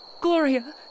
Gloria